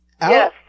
Yes